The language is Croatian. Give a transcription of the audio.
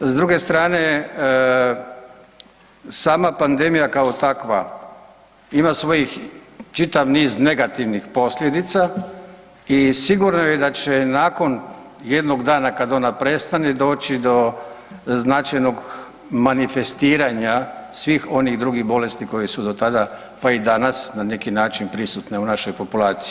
S druge strane, sama pandemija kao takva ima svojih čitav niz negativnih posljedica i sigurno je da će nakon jednog dana kad ona prestane doći do značajnog manifestiranja svih onih drugih bolesti koje su do tada, pa i danas na neki način prisutne u našoj populaciji.